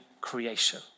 Creation